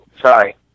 Sorry